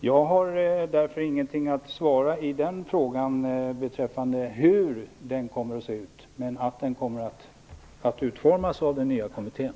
Jag har alltså inget svar på frågan hur den kommer att se ut, men den kommer att utformas av den nya kommittén.